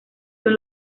son